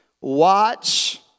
Watch